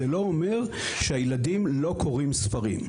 זה לא אומר שהילדים לא קוראים ספרים.